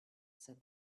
said